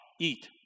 eat